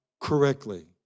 correctly